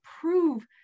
prove